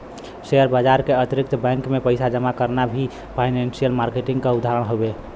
share बाजार के अतिरिक्त बैंक में पइसा जमा करना भी फाइनेंसियल मार्किट क उदाहरण हउवे